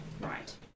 Right